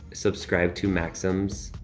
subscribe to maxims.